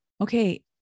Okay